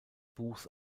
buchs